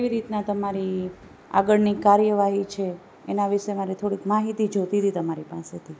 કેવી રીતના તમારી આગળની કાર્યવાહી છે એના વિશે મારે થોડીક માહિતી જોઈતી તમારી પાસેથી